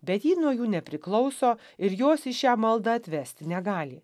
bet ji nuo jų nepriklauso ir jos į šią maldą atvesti negali